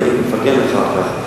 ואני מפרגן לך על כך.